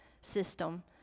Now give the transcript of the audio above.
system